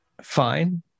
fine